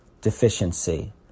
deficiency